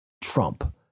Trump